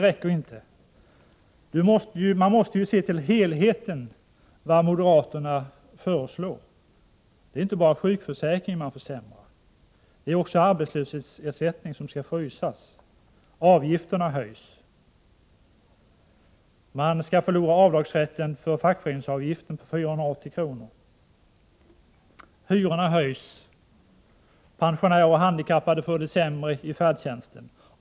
Man måste ju se till helheten när det gäller de moderata förslagen. Det är inte bara sjukförsäkringen man försämrar. Det är också arbetslöshetsförsäkringen som skall frysas. Avgifterna höjs, och man skall förlora avdragsrätten för fackföreningsavgiften på 480 kr. Hyrorna höjs och pensionärer och handikappade får sämre villkor i färdtjänsten.